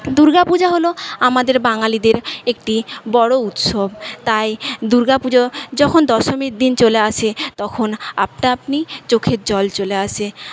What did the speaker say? দুর্গা পূজা হল আমাদের বাঙালিদের একটি বড়ো উৎসব তাই দুর্গা পুজো যখন দশমীর দিন চলে আসে তখন আপনা আপনি চোখের জল চলে আসে